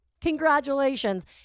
Congratulations